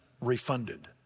refunded